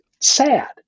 sad